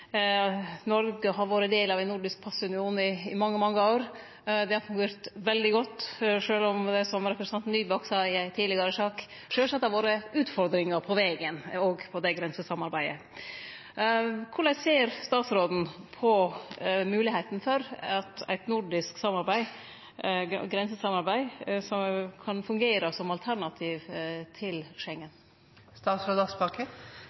Noreg har vore del av ein nordisk passunion i mange, mange år, det har fungert veldig godt, sjølv om det – som representanten Nybakk sa i ei tidlegare sak – sjølvsagt har vore utfordringar på vegen òg om det grensesamarbeidet. Korleis ser statsråden på moglegheita for at eit nordisk grensesamarbeid kan fungere som alternativ til